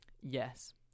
yes